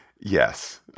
yes